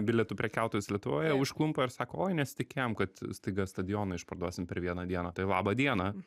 bilietų prekiautojus lietuvoje užklumpa ir sako oi nesitikėjom kad staiga stadioną išparduosim per vieną dieną tai laba diena